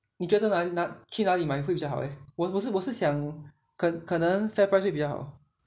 你觉得去哪哪去哪里买会比较好 eh 我不是我是想可可能 FairPrice 会比较好